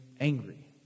angry